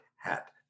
hat